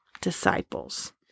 disciples